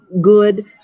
good